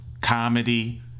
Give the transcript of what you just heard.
comedy